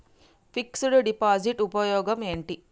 Fix డ్ deposit ఉపయోగం ఏంటి?